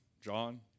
John